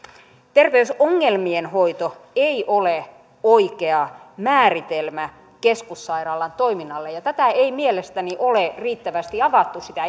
terveysongelmien hoito ei ole oikea määritelmä keskussairaalan toiminnalle ja tätä ei mielestäni ole riittävästi avattu sitä